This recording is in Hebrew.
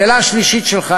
השאלה השלישית שלך,